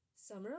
Summer